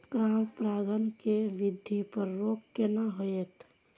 Cross परागण के वृद्धि पर रोक केना होयत?